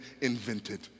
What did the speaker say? invented